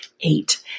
eight